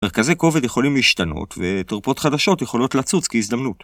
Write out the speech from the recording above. מרכזי כובד יכולים להשתנות ותרופות חדשות יכולות לצוץ כהזדמנות